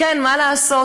כן, מה לעשות,